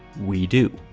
we do.